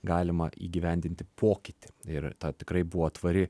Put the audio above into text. galima įgyvendinti pokytį ir ta tikrai buvo tvari